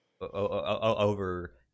over